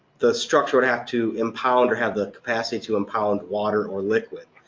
the structure would have to impound or have the capacity to impound water or liquid.